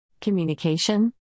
Communication